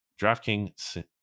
DraftKings